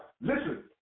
Listen